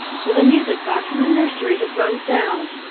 for the music-box in the nursery had run down.